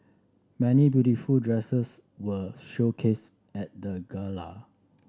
many beautiful dresses were showcased at the Gala